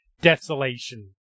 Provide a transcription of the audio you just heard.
desolation